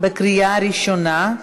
בקריאה ראשונה.